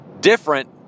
different